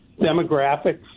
demographics